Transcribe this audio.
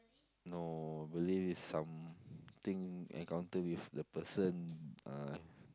no I believe is something encounter with the person uh